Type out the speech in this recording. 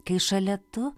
kai šalia tu